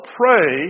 pray